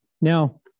Now